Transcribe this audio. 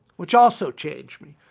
which also changed me.